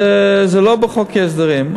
זה לא בחוק ההסדרים.